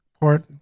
Port